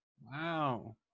Wow